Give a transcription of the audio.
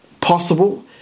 possible